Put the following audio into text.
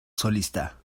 solista